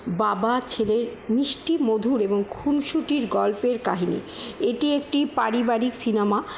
বাবা ছেলের মিষ্টি মধুর এবং খুনসুটির গল্পের কাহিনি এটি একটি পারিবারিক সিনেমা